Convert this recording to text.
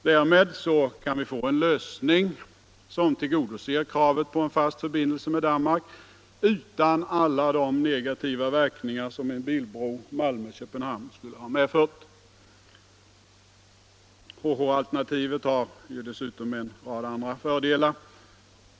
Därmed kan vi få en lösning som tillgodoser kravet på en fast förbindelse med Danmark utan alla de negativa verkningar som en bilbro Malmö-Köpenhamn skulle ha medfört. HH-alternativet har dessutom en rad andra fördelar.